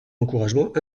encouragement